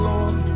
Lord